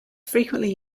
frequently